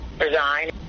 resign